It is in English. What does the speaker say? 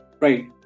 Right